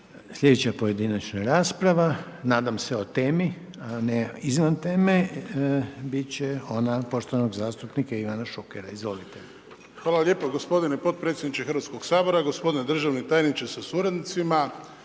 Sljedeća pojedinačna rasprava, nadam se o temi a ne izvan teme biti će ona poštovanog zastupnika Ivana Šukera. Izvolite. **Šuker, Ivan (HDZ)** Hvala lijepa gospodine potpredsjedniče Hrvatskoga sabora, gospodine državni tajniče sa suradnicima,